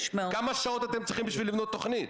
כמה שעות אתם צריכים בשביל לבנות תוכנית?